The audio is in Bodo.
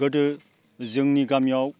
गोदो जोंनि गामियाव